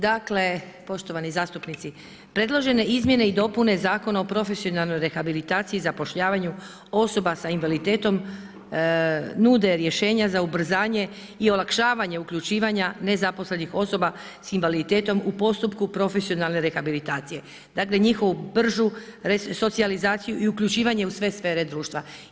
Dakle, poštovani zastupnici, predložene izmjene i dopune Zakona o profesionalnoj rehabilitaciji i zapošljavanju osoba sa invaliditetom nude rješenja za ubrzanje i olakšavanje uključivanja nezaposlenih osoba sa invaliditetom u postupku profesionalne rehabilitacije dakle njihovu bržu resocijalizaciju i uključivanje u sfere društva.